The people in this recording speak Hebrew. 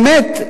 שהוא באמת,